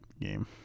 game